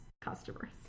Customers